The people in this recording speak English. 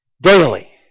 Daily